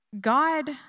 God